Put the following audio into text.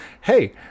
hey